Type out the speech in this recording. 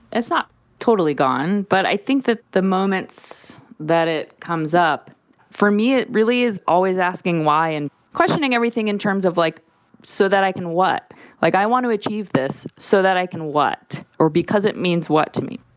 it's not totally gone, but i think that the moments that it comes up for me, it really is always asking why and questioning everything in terms of like so that i can what like i want to achieve this so that i can what or because it means what to me.